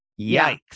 Yikes